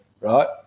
right